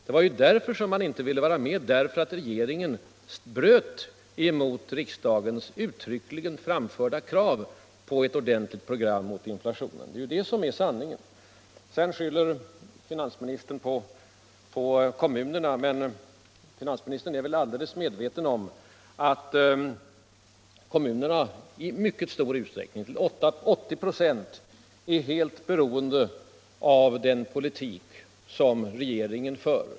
Vi ville inte vara med därför att regeringen struntade i riksdagens uttryckligen framförda krav på ett ordentligt program mot inflationen. Det är ju det som är sanningen. Sedan skyller finansministern på kommunerna, men finansministern är väl helt medveten om att kommunerna i mycket stor utsträckning, — till 80 96 — är fullständigt beroende av den politik som regeringen för.